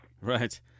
Right